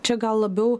čia gal labiau